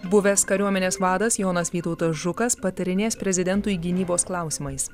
buvęs kariuomenės vadas jonas vytautas žukas patarinės prezidentui gynybos klausimais